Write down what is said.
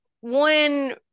one